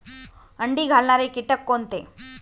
अंडी घालणारे किटक कोणते?